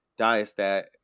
Diastat